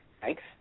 Thanks